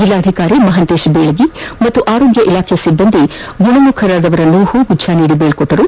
ಜಿಲ್ಲಾಧಿಕಾರಿ ಮಹಾಂತೇಶ ಬೀಳಗಿ ಮತ್ತು ಆರೋಗ್ಯ ಇಲಾಖೆ ಸಿಬ್ಬಂದಿ ಗುಣಮುಖರಾದವರನ್ನು ಹೂಗುಚ್ಟ ನೀದಿ ಬೀಳ್ಕೊಟ್ಟರು